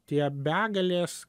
tie begalės